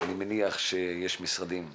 אני מניח שיש משרדים שיותר,